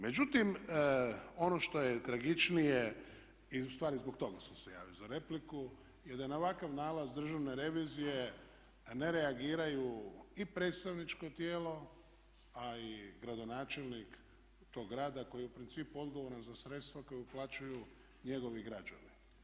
Međutim, ono što je tragičnije, i ustvari zbog toga sam se javio za repliku je da na ovakav nalaz državne revizije ne reagiraju i predstavničko tijelo a i gradonačelnik tog grada koji je u principu odgovoran za sredstva koje uplaćuju njegovi građani.